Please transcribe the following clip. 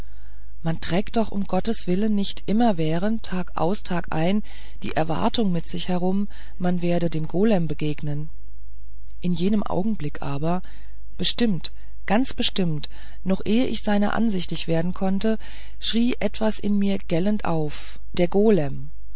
man trägt doch um gottes willen nicht immerwährend tagaus tagein die erwartung mit sich herum man werde dem golem begegnen in jenem augenblick aber bestimmt ganz bestimmt noch ehe ich seiner ansichtig werden konnte schrie etwas in mir gellend auf der